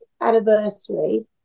anniversary